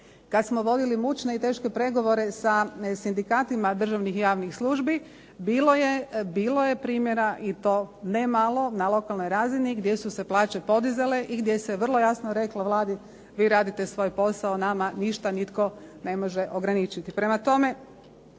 kad smo vodili mučne i teške pregovore sa sindikatima državnih i javnih službi, bilo je primjera i to ne malo na lokalnoj razini gdje su se plaće podizale i gdje se vrlo jasno reklo Vladi vi radite svoj posao, nama ništa nitko ne može ograničiti.